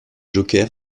joker